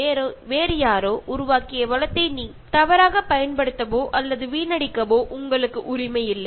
മറ്റൊരാൾ നിങ്ങൾക്ക് വേണ്ടി ഉണ്ടാക്കിയ വിഭവങ്ങളെ മോശമായി ഉപയോഗിക്കാനോ ചീത്തയാക്കി കളയാനോ യാതൊരു അധികാരവും നിങ്ങൾക്കില്ല